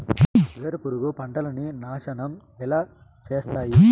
వేరుపురుగు పంటలని నాశనం ఎలా చేస్తాయి?